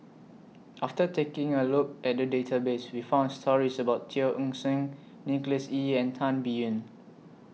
after taking A Look At The Database We found stories about Teo Eng Seng Nicholas Ee and Tan Biyun